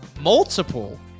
multiple